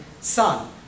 son